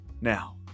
now